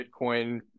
Bitcoin